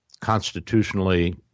constitutionally